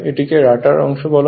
এটিকে আসলে রটার অংশ বলে